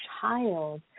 child